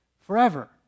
forever